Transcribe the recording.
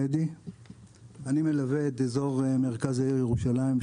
אני מלווה את אזור מרכז העיר ירושלים,